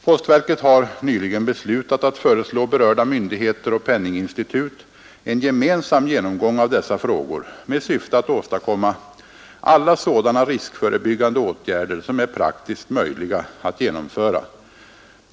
Postverket har nyligen beslutat att föreslå berörda myndigheter och penninginstitut en gemensam genomgång av dessa frågor med syfte att åstadkomma alla sådana riskförebyggande åtgärder som är praktiskt möjliga att genomföra.